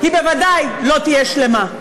היא בוודאי לא תהיה שלמה.